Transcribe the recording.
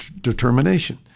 determination